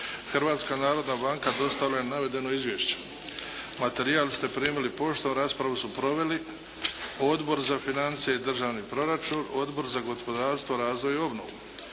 Hrvatska narodna banka dostavila je navedeno izvješće. Materijal ste primili poštom. Raspravu su proveli Odbor za financije i državni proračun, Odbor za gospodarstvo, razvoj i obnovu.